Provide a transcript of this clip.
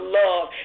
love